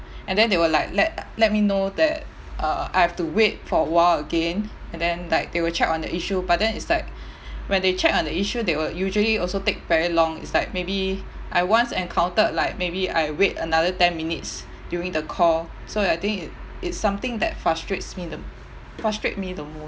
and then they will like let uh let me know that uh I have to wait for a while again and then like they will check on the issue but then it's like when they check on the issue they will usually also take very long it's like maybe I once encountered like maybe I wait another ten minutes during the call so ya I think it it's something that frustrates me the frustrate me the most